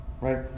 right